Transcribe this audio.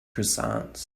croissants